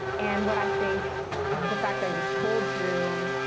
and what i think the fact that it is told through